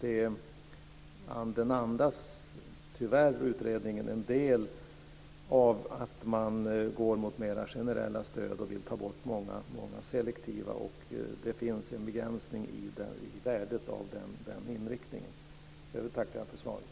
Utredningen andas tyvärr en del av att man går mot mer generella stöd och vill ta bort många selektiva. Det finns en begränsning i värdet av den inriktningen. Jag vill tacka för svaret.